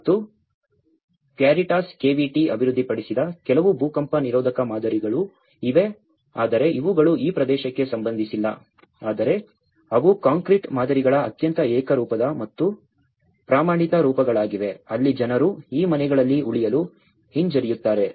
ಮತ್ತು Caritas KVT ಅಭಿವೃದ್ಧಿಪಡಿಸಿದ ಕೆಲವು ಭೂಕಂಪ ನಿರೋಧಕ ಮಾದರಿಗಳೂ ಇವೆ ಆದರೆ ಇವುಗಳು ಈ ಪ್ರದೇಶಕ್ಕೆ ಸಂಬಂಧಿಸಿಲ್ಲ ಆದರೆ ಅವು ಕಾಂಕ್ರೀಟ್ ಮಾದರಿಗಳ ಅತ್ಯಂತ ಏಕರೂಪದ ಮತ್ತು ಪ್ರಮಾಣಿತ ರೂಪಗಳಾಗಿವೆ ಅಲ್ಲಿ ಜನರು ಈ ಮನೆಗಳಲ್ಲಿ ಉಳಿಯಲು ಹಿಂಜರಿಯುತ್ತಾರೆ